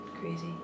Crazy